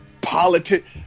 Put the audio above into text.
politics